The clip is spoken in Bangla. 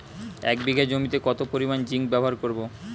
এক বিঘা জমিতে কত পরিমান জিংক ব্যবহার করব?